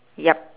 yup